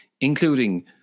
including